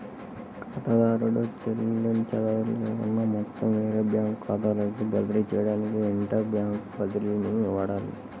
ఖాతాదారుడు చెల్లించదలుచుకున్న మొత్తం వేరే బ్యాంకు ఖాతాలోకి బదిలీ చేయడానికి ఇంటర్ బ్యాంక్ బదిలీని వాడాలి